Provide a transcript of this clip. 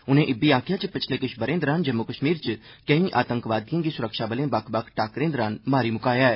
उनें इब्बी आखेआ जे पिच्छते किश ब'रें दौरान जम्मू कश्मीर च केई आतंकवादिएं गी स्रक्षाबलें बक्ख बक्ख टाक्करें दौरान मारी म्काया ऐ